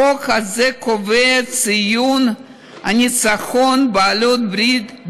החוק הזה קובע את ציון הניצחון של בעלות הברית,